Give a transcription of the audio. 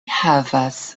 havas